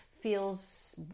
feels